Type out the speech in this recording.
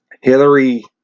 Hillary